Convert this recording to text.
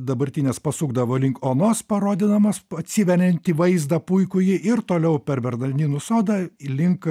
dabartines pasukdavo link onos parodydamas po atsiveriantį vaizdą puikųjį ir toliau per bernardinų sodą link